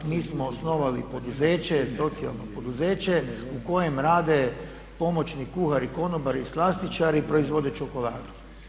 Mi smo osnovali poduzeće, socijalno poduzeće u kojem rade pomoćni kuhari, konobari i slastičari i proizvode čokoladu.